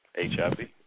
HIV